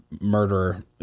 murderer